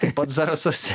taip pat zarasuose